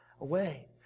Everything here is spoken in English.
away